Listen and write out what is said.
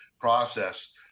process